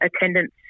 attendance